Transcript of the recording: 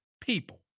people